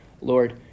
Lord